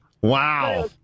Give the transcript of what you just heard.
Wow